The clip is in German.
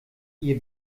ihr